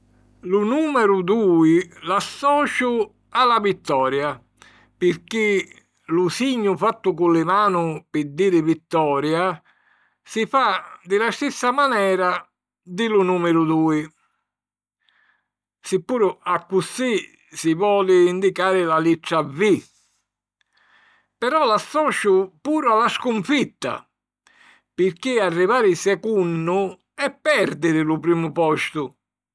Lu nùmeru dui l'associu a la vittoria pirchì lu signu fattu cu li manu pi diri "vittoria" si fa di la stissa manera di lu nùmiru dui, si puru accussì si voli indicari la littra "vi". Però l'associu puru a la scunfitta pirchì arrivari secunnu è pèrdiri lu primu postu.